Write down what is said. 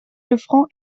lefranc